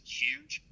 huge